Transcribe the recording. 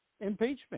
impeachment